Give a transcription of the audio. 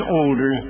older